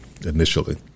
initially